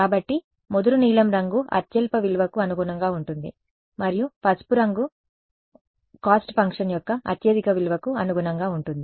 కాబట్టి ముదురు నీలం రంగు అత్యల్ప విలువకు అనుగుణంగా ఉంటుంది మరియు పసుపు రంగు కాస్ట్ ఫంక్షన్ యొక్క అత్యధిక విలువకు అనుగుణంగా ఉంటుంది